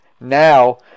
now